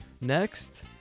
Next